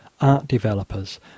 art-developers